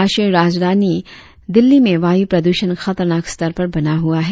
राष्ट्रीय राजधानी दिल्ली में वायु प्रदूषण खतरनाक स्तर पर बना हुआ है